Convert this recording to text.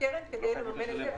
לקרן כדי לממן את זה.